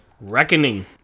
Reckoning